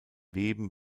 weben